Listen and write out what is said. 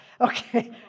Okay